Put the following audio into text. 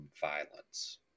violence